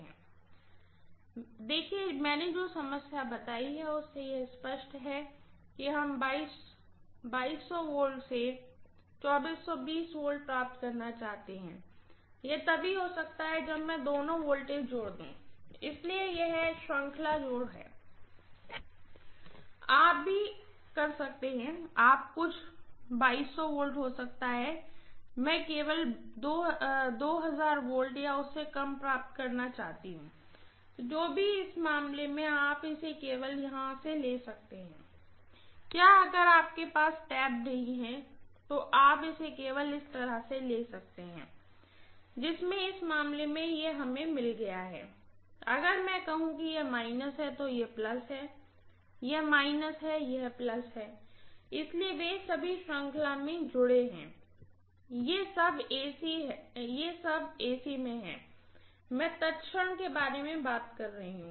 professor देखिये मैंने जो समस्या बताई है उसमें यह स्पष्ट है कि हम V से V प्राप्त करना चाहते हैं यह तभी हो सकता है जब मैं दोनों वोल्टेज जोड़ दूं इसलिए यह श्रृंखला जोड़ कनेक्शन है आप भी कर सकते हैं आप कुछ V हो सकता था मैं केवल V या उससे कम प्राप्त करना चाहता हूं जो भी मामले में आप इसे केवल यहां से ले सकते हैं क्या अगर आपके पास टैब नहीं है तो आप इसे केवल इस तरह से ले सकते हैं जिसमें इस मामले में हमें यह मिल गया है अगर मैं कहूं कि यह माइनस है तो यह प्लस है यह माइनस है यह प्लस है इसलिए वे सभी श्रृंखला में जोड़ रहे हैं यह सब AC मैं तत्क्षण के बारे में बात कर रही हूँ